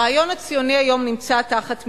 הרעיון הציוני נמצא היום תחת מתקפה.